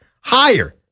higher